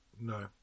No